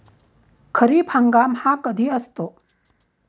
खरीप हंगाम हा कधी असतो?